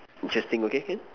interesting okay can